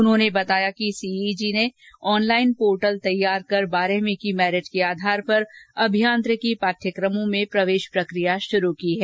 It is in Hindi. उन्होंने बताया कि सीईजी ने ऑनलाइन पोर्टल तैयार कर बारहवीं की मेरिट के आधार पर अभियांत्रिकी पाठ्यक्रमों में प्रवेश प्रक्रिया श्रू की है